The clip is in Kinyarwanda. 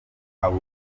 abo